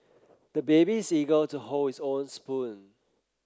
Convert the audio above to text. the baby is eager to hold his own spoon